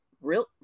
real